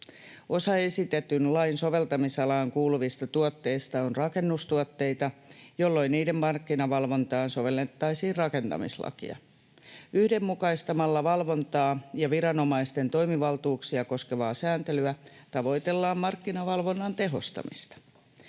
Osa esitetyn lain soveltamisalaan kuuluvista tuotteista on rakennustuotteita, jolloin niiden markkinavalvontaan sovellettaisiin rakentamislakia. Yhdenmukaistamalla valvontaa ja viranomaisten toimivaltuuksia koskevaa sääntelyä tavoitellaan markkinavalvonnan tehostamista.